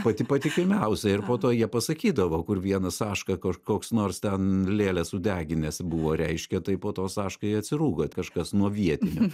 pati patikimiausia ir po to jie pasakydavo kur vienas saška kažkoks nors ten lėlė sudeginęs buvo reiškia tai po to saškai atsirūgo kažkas nuo vietinių